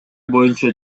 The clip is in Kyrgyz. боюнча